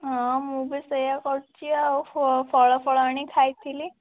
ହଁ ମୁଁ ବି ସେଇଆ କରିଛି ଆଉ ଫଳ ଫଳ ଆଣି ଖାଇଥିଲି